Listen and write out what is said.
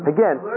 Again